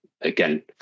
again